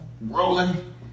rolling